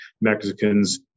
Mexicans